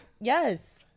Yes